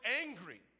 angry